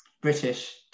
British